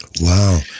Wow